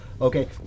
Okay